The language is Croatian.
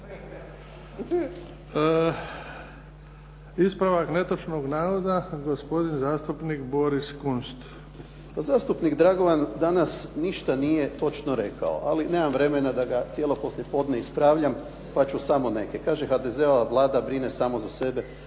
Ispravak netočnog navoda gospodin zastupnik Boris Kunst. **Kunst, Boris (HDZ)** Zastupnik Dragovan ništa nije točno rekao ali nemam vremena da ga cijelo poslije podne ispravljam, pa ću samo neke. Kaže: "HDZ-ova Vlada brine samo za sebe